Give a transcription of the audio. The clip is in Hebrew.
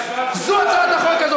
זאת הצעת החוק הזאת.